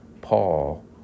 Paul